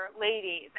Ladies